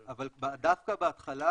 אבל דווקא בהתחלה,